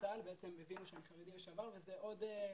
בצה"ל הבינו שאני חרדי לשעבר וזה עוד "גרון",